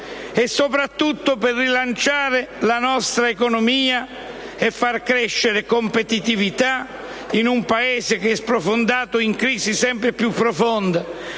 e soprattutto per rilanciare la nostra economia e far crescere competitività in un Paese che è sprofondato in una crisi sempre più profonda,